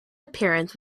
appearance